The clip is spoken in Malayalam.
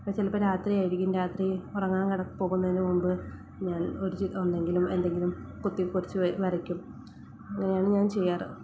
ഇപ്പോള് ചിലപ്പോള് രാത്രി ആയിരിക്കും രാത്രി ഉറങ്ങാൻ പോകുന്നതിനുമുന്പു ഞാൻ ഒരു ഒന്നെങ്കിലും എന്തെങ്കിലും കുത്തിക്കുറിച്ചുവരയ്ക്കും അങ്ങനെയാണു ഞാൻ ചെയ്യാറ്